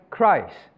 Christ